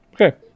Okay